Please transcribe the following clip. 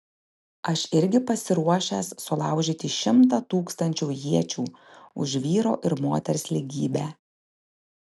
aš irgi pasiruošęs sulaužyti šimtą tūkstančių iečių už vyro ir moters lygybę